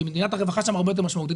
מדינת הרווחה שם הרבה יותר משמעותית,